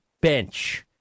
bench